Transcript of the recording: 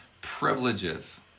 privileges